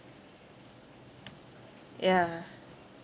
yeah